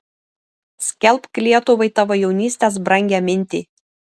skelbk lietuvai tavo jaunystės brangią mintį